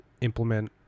implement